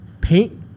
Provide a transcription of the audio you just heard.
paint